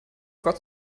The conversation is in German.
gott